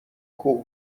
کوه